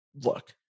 look